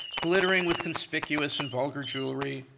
glittering with conspicuous and vulgar jewelry,